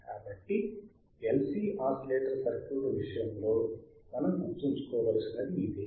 కాబట్టి LC oscillator circuit విషయంలో మనం గుర్తుంచుకోవలసినది ఇదే